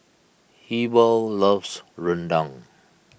Heber loves Rendang